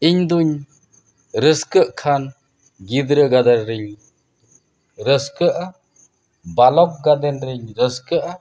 ᱤᱧ ᱫᱩᱧ ᱨᱟᱹᱥᱠᱟᱹᱜ ᱠᱷᱟᱱ ᱜᱤᱫᱽᱨᱟᱹ ᱜᱟᱫᱮᱞ ᱨᱤᱧ ᱨᱟᱹᱥᱠᱟᱹᱜᱼᱟ ᱵᱟᱞᱚᱠ ᱜᱟᱫᱮᱞ ᱨᱤᱧ ᱨᱟᱹᱥᱠᱟᱹᱜᱼᱟ